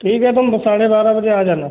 ठीक है तुम साढ़े बारा बजे आ जाना